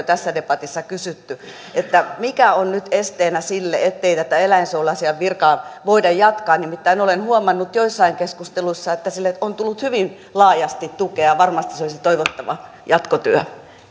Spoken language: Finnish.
tässä debatissa kysytty mikä on nyt esteenä sille että tätä eläinsuojeluasiamiehen virkaa voitaisiin jatkaa nimittäin olen huomannut joissain keskusteluissa että sille on tullut hyvin laajasti tukea varmasti se olisi toivottava jatkotyö